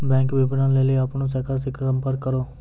bank विबरण लेली अपनो शाखा से संपर्क करो